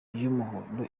y’umuhondo